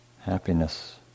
happiness